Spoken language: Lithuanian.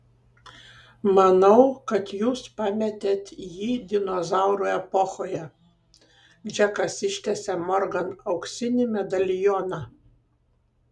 manau kad jūs pametėt jį dinozaurų epochoje džekas ištiesė morgan auksinį medalioną